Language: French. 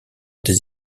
des